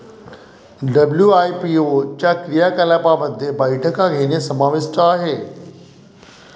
WIPO च्या क्रियाकलापांमध्ये बैठका घेणे समाविष्ट आहे